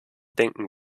denken